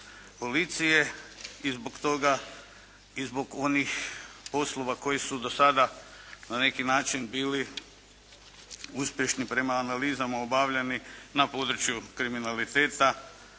policije. I zbog toga, i zbog onih poslova koji su do sada na neki način bili uspješni prema analizama obavljani na području kriminaliteta